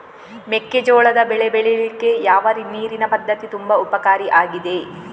ಮೆಕ್ಕೆಜೋಳದ ಬೆಳೆ ಬೆಳೀಲಿಕ್ಕೆ ಯಾವ ನೀರಿನ ಪದ್ಧತಿ ತುಂಬಾ ಉಪಕಾರಿ ಆಗಿದೆ?